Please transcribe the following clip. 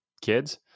kids